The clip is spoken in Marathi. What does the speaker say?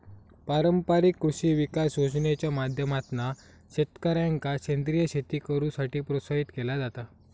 पारंपारिक कृषी विकास योजनेच्या माध्यमातना शेतकऱ्यांका सेंद्रीय शेती करुसाठी प्रोत्साहित केला जाता